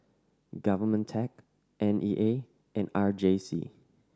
Government tech N E A and R J C